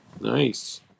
Nice